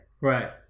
Right